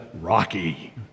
rocky